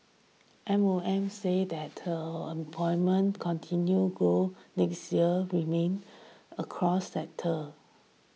M O M said latter employment continue grow next year remain across sectors